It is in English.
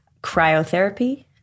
Cryotherapy